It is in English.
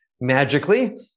magically